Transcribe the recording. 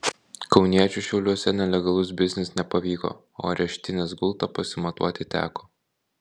kauniečiui šiauliuose nelegalus biznis nepavyko o areštinės gultą prisimatuoti teko